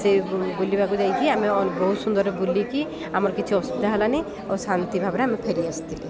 ସେ ବୁଲିବାକୁ ଯାଇକି ଆମେ ବହୁତ ସୁନ୍ଦର ବୁଲିକି ଆମର କିଛି ଅସୁବିଧା ହେଲାନି ଆଉ ଶାନ୍ତି ଭାବରେ ଆମେ ଫେରି ଆସିଥିଲୁ